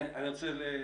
אני רוצה לסכם.